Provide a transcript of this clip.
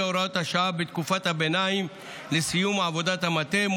הוראת השעה בתקופת הביניים עד סיום עבודת המטה,